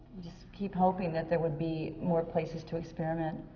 just keep hoping that there would be more places to experiment.